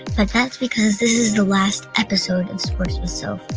but that's because this is the last episode of sports with so